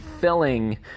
filling